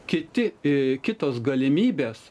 kiti kitos galimybės